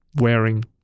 wearing